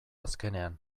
azkenean